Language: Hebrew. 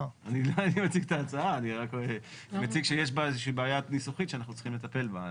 אני מציג שיש בה איזושהי בעיה ניסוחית שאנחנו צריכים לטפל בה.